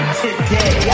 today